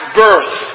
birth